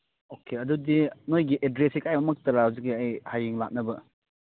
okay ꯑꯗꯨꯗꯤ ꯅꯣꯏꯒꯤ ꯑꯦꯗ꯭ꯔꯦꯁꯁꯤ ꯀꯥꯏꯗꯃꯛꯇꯔꯥ ꯍꯧꯖꯤꯛꯀꯤ ꯑꯩ ꯍꯌꯦꯡ ꯂꯥꯛꯅꯕ